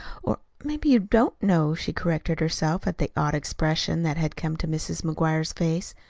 or maybe you don't know, she corrected herself, at the odd expression that had come to mrs. mcguire's face.